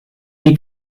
est